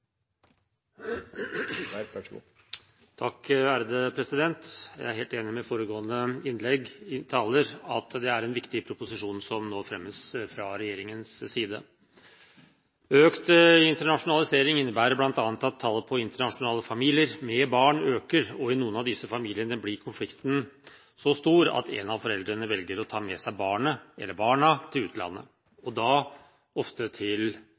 at det er en viktig proposisjon som nå fremmes fra regjeringens side. Økt internasjonalisering innebærer bl.a. at tallet på internasjonale familier med barn øker, og i noen av disse familiene blir konflikten så stor at en av foreldrene velger å ta med seg barnet eller barna til utlandet, da ofte til